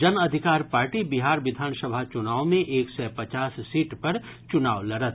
जन अधिकार पार्टी बिहार विधानसभा च्रनाव मे एक सय पचास सीट पर च्रनाव लड़त